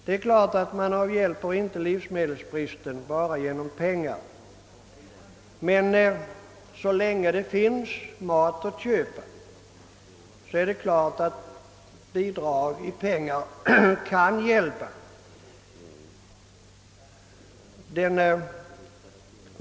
Det är klart att man inte avhjälper livsmedelsbristen med bara pengar, men så länge det finns mat att köpa är det klart att bidrag i pengar kan hjälpa.